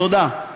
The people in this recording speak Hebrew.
תודה.